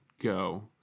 Go